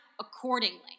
accordingly